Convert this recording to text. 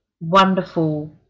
wonderful